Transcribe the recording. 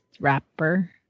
wrapper